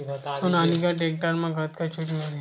Sonalika tractor म कतका छूट मिलही?